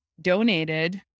donated